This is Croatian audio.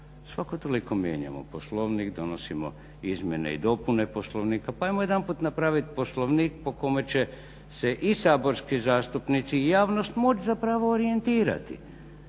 Svako toliko mijenjamo Poslovnik, donosimo izmjene i dopune Poslovnika pa ajmo jedanput napraviti Poslovnik po kome će se i saborski zastupnici i javnost moći zapravo orijentirati